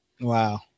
Wow